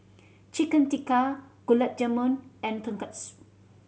Chicken Tikka Gulab Jamun and Tonkatsu